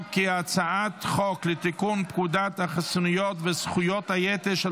להצבעה על הצעת חוק לתיקון פקודת החסינויות וזכויות היתר של